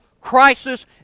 crisis